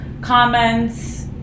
comments